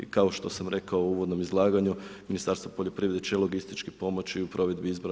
Kao što sam rekao u uvodnom izlaganje, Ministarstvo poljoprivrede će logistički pomoći u provedbi izbora.